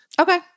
Okay